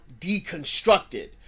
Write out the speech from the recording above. deconstructed